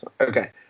Okay